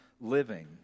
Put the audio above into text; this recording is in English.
living